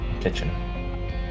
Kitchen